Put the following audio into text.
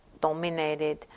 dominated